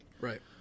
Right